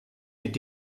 mit